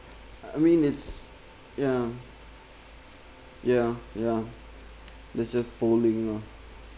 I mean it's ya ya ya there's just polling lah